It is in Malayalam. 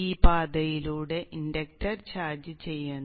ഈ പാതയിലൂടെ ഇൻഡക്ടർ ചാർജ് ചെയ്യുന്നു